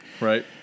right